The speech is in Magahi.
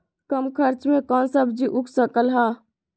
कम खर्च मे कौन सब्जी उग सकल ह?